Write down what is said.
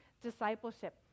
discipleship